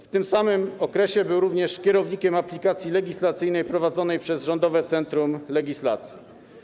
W tym samym okresie był również kierownikiem aplikacji legislacyjnej prowadzonej przez Rządowe Centrum Legislacji.